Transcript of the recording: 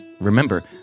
Remember